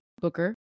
booker